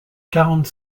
quarante